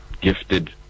gifted